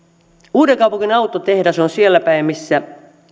uudenkaupungin autotehdas on sielläpäin missä